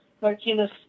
Martinez